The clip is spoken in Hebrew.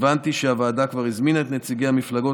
הבנתי שהוועדה כבר הזמינה את נציגי המפלגות